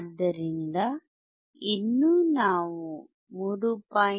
ಆದ್ದರಿಂದ ಇನ್ನೂ ನಾವು 3